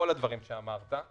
כל הדברים שאמרת,